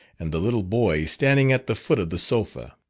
and the little boy standing at the foot of the sofa.